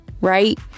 Right